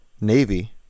Navy